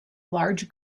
large